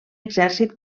exèrcit